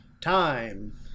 time